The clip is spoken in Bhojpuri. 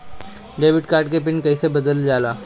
डेबिट कार्ड के पिन कईसे बदलल जाला?